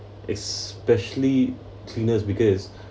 especially cleaners because